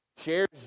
shares